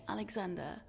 Alexander